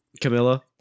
Camilla